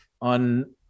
on